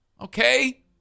Okay